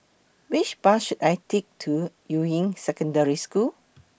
Which Bus should I Take to Yuying Secondary School